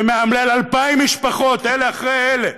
שמאמלל 2,000 משפחות, אלה אחרי אלה,